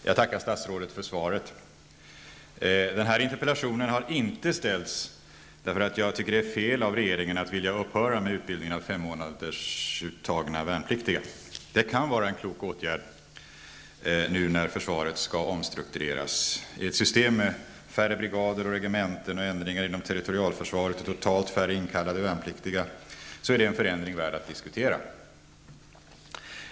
Herr talman! Jag tackar statsrådet för svaret. Den här interpellationen har inte ställts därför att jag tycker att det är fel av regeringen att vilja upphöra med utbildningen av femmånadersuttagna värnpliktiga. Det kan vara en klok åtgärd nu när försvaret skall omstruktureras. I ett system med färre brigader och regementen, ändringar inom territorialförsvaret och totalt färre inkallade värnpliktiga är det en förändring värd att diskutera.